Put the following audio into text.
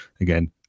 again